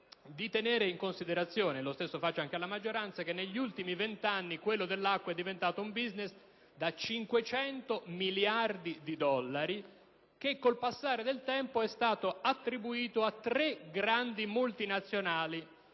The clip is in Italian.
di tenere in considerazione - lo stesso invito rivolgo alla maggioranza - il fatto che negli ultimi vent'anni quello dell'acqua è diventato un *business* da 500 miliardi di dollari, che con il passare del tempo è stato attribuito a tre grandi multinazionali.